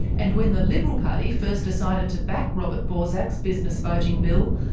and when the liberal party first decided to back robert borsak's business voting bill,